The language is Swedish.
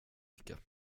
mycket